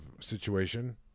situation